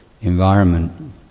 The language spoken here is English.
environment